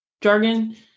jargon